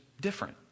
different